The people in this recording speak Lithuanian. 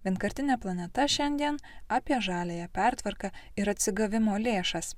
vienkartinė planeta šiandien apie žaliąją pertvarką ir atsigavimo lėšas